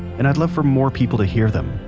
and i'd love for more people to hear them.